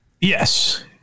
Yes